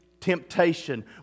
temptation